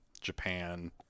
Japan